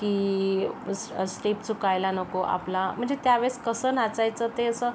की अस् अस् स्टेप चुकायला नको आपला म्हणजे त्यावेळेस कसं नाचायचं ते असं